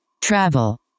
travel